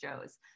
shows